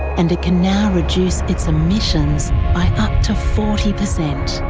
and it can now reduce its emissions by up to forty percent.